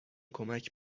کمک